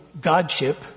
godship